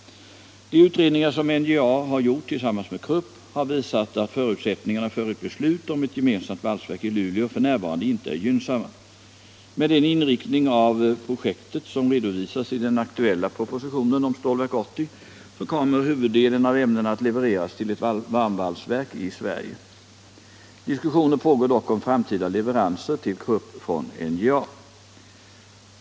De utredningar som NJA har gjort tillsammans med Krupp har visat att förutsättningarna för ett beslut om ett gemensamt valsverk i Luleå f. n. inte är gynnsamma. Med den inriktning av projektet som redovisas i den aktuella propositionen om Stålverk 80 kommer huvuddelen av ämnena att levereras till ett varmvalsverk i Sverige. Diskussioner pågår dock om framtida leveranser till Krupp från NJA.